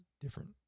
different